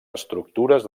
estructures